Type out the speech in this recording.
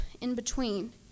in-between